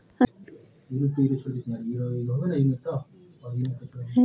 अंतर्राष्ट्रीय व्यापार स अंतर्राष्ट्रीय बाजारत वस्तु आर सेवाके मूल्यत समानता व स छेक